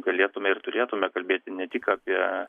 galėtume ir turėtume kalbėti ne tik apie